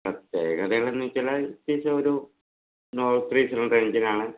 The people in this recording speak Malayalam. പ്രത്യേകതകളെന്ന് വെച്ചാൽ അത്യാവശ്യം ഒരു ത്രീ സിലിണ്ടർ എഞ്ചിൻ ആണ്